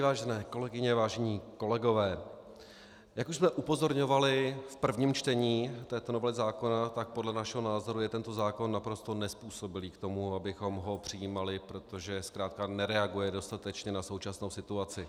Vážené kolegyně, vážení kolegové, jak už jsme upozorňovali v prvním čtení této novely zákona, podle našeho názoru je tento zákon naprosto nezpůsobilý k tomu, abychom ho přijímali, protože zkrátka nereaguje dostatečně na současnou situaci.